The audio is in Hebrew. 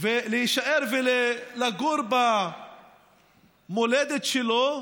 להישאר ולגור במולדת שלו,